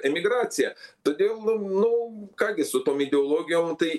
emigracija todėl nu ką gi su tom ideologijom tai